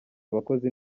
abakozi